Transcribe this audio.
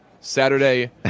Saturday